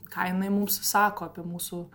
ką jinai mums sako apie mūsų